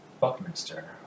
Buckminster